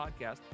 podcast